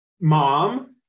mom